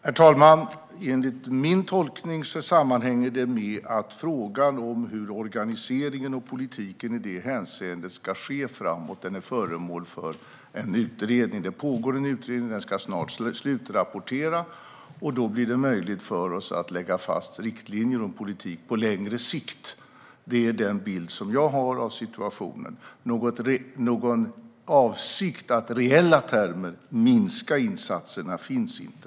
Herr talman! Enligt min tolkning sammanhänger det med att frågan om hur organiseringen och politiken i det hänseendet ska ske framåt är föremål för en utredning. Det pågår en utredning som man snart ska slutrapportera, och då blir det möjligt för oss att lägga fast riktlinjer om politik på längre sikt. Det är den bild som jag har av situationen. Någon avsikt att i reella termer minska insatserna finns inte.